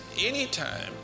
anytime